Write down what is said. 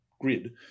grid